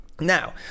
Now